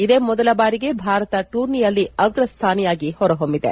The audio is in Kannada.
ಇದೇ ಮೊದಲ ಬಾರಿ ಭಾರತ ಟೂರ್ನಿಯಲ್ಲಿ ಅಗ್ರಸ್ಲಾನಿಯಾಗಿ ಹೊರಹೊಮ್ಮಿದೆ